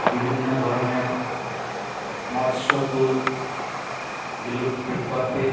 বিভিন্ন ধরনের মৎস্যকুল বিলুপ্তির পথে